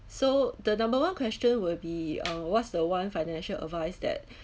so the number one question will be uh what's the one financial advice that